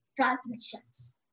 transmissions